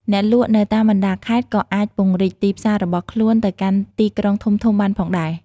អ្នកលក់នៅតាមបណ្តាខេត្តក៏អាចពង្រីកទីផ្សាររបស់ខ្លួនទៅកាន់ទីក្រុងធំៗបានផងដែរ។